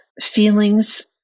feelings